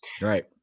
Right